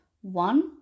One